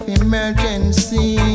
emergency